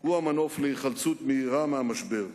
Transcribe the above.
הוא המנוף להיחלצות מהירה מהמשבר,